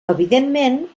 evidentment